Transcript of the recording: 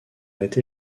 été